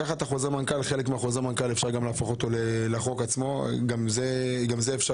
אפשר להפוך חלק מחוזר מהמנכ"ל לחוק עצמו גם זה אפשרי.